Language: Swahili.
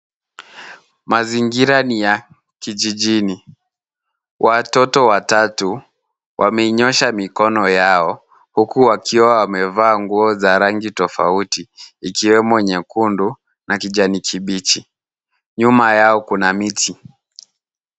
Mazingira ni ya kijijini. Watoto watatu wamenyoosha mikono yao huku wakiwa wamevaa nguo za rangi tofauti ikiwemo nyekundu na kijani kibichi. Nyuma yao kuna miti.